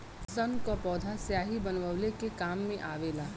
सन क पौधा स्याही बनवले के काम मे आवेला